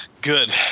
Good